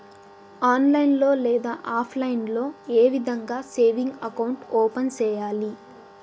online లో లేదా offline లో ఏ విధంగా సేవింగ్ అకౌంట్ ఓపెన్ సేయాలి